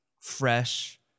fresh